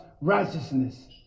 righteousness